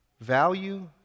value